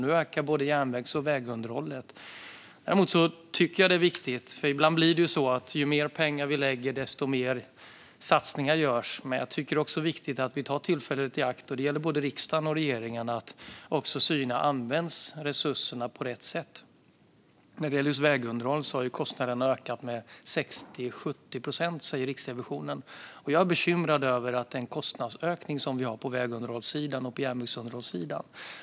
Nu ökar både järnvägs och vägunderhållet. Ibland blir det så att ju mer pengar vi lägger fram, desto mer satsningar görs. Men jag tycker också att det är viktigt att både riksdagen och regeringen tar tillfället i akt att syna om resurserna används på rätt sätt. När det gäller vägunderhåll har kostnaderna ökat med 60-70 procent, enligt Riksrevisionen, och jag är bekymrad över den kostnadsökning vi ser på vägunderhållssidan och på järnvägsunderhållssidan.